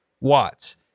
watts